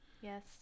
Yes